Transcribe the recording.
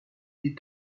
des